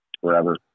forever